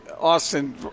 Austin